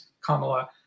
Kamala